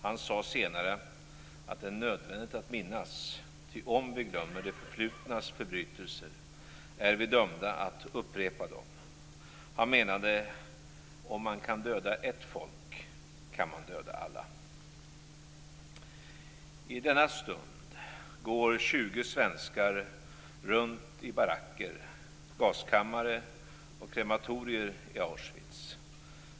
Han sade senare att det är nödvändigt att minnas, ty om vi glömmer det förflutnas förbrytelser är vi dömda att upprepa dem. Han menade att om man kan döda ett folk, kan man döda alla. I denna stund går 20 svenskar runt i baracker, gaskammare och krematorier i Auschwitz.